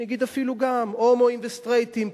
אני אגיד אפילו גם הומואים וסטרייטים.